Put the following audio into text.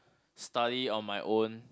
study on my own